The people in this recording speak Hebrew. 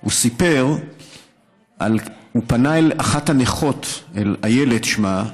הוא סיפר שהוא פנה אל אחת הנכות, איילת שמה,